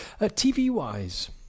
TV-wise